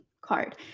card